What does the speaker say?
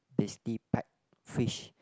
basically pack fish